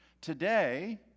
Today